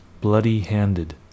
bloody-handed